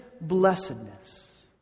blessedness